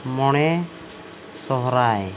ᱢᱚᱬᱮ ᱥᱚᱦᱨᱟᱭ